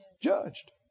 judged